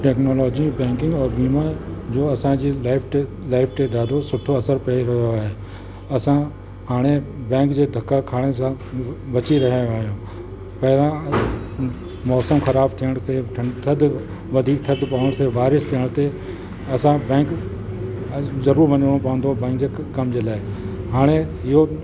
technology banking और बीमा जो असांजी लाइफ़ ते लाइफ़ ते इलाही सुठो असरु पेई रहियो आहे असां हाणे बैंक जे धका खाइण सां बची रहियां आहियूं पहिरां मौसमु ख़राबु थिअणु ते ठं थधि वधीक थधि पएण सां बारिश थिअण ते असां बैंक अॼु ज़रूरु वञिणो पवंदो बैंक जे कम जे लाइ हाणे इहो